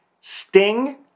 Sting